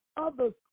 others